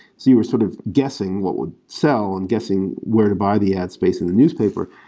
so you were sort of guessing what would sell and guessing where to buy the ads based on the newspaper.